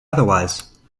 otherwise